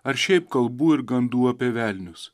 ar šiaip kalbų ir gandų apie velnius